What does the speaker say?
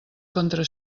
contra